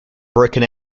broken